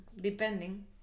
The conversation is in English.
depending